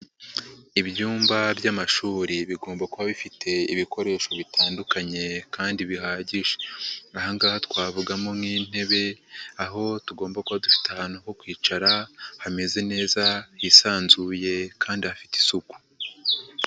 Ibyumba by'amashuri bigomba kuba bifite ibikoresho bitandukanye kandi bihagije, aha ngaha twavugamo nk'intebe, aho tugomba kuba dufite ahantu ho kwicara hameze neza hisanzuye kandi hafite isuku.